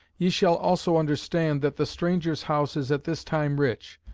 ye shall also understand, that the strangers' house is at this time rich,